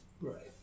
Right